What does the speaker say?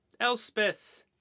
Elspeth